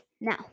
Now